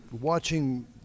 watching